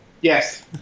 yes